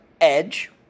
Edge